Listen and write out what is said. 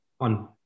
on